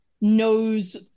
knows